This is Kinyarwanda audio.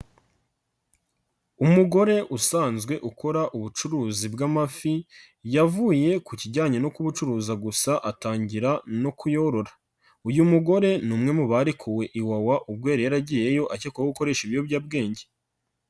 Umugore usanzwe ukora ubucuruzi bw'amafi yavuye ku kijyanye no kubucuruza gusa atangira no kuyorora, uyu mugore ni umwe mu barekuwe iwawa ubwo yari yaragiyeyo akekwaho gukoresha ibiyobyabwenge.